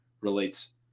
relates